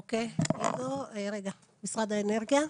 אוקיי, משרד האנרגיה?